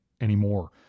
anymore